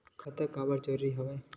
खाता का बर जरूरी हवे?